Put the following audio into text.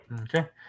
Okay